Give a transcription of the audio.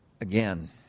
Again